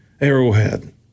arrowhead